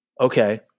okay